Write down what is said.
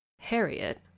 Harriet